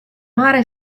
mare